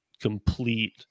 complete